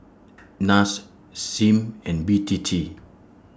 Nas SIM and B T T